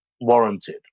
warranted